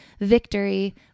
victory